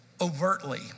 overtly